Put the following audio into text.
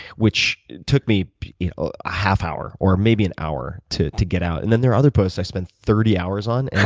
which took me a half hour, or maybe an hour, to to get out. and then there are other posts i spend thirty hours on, and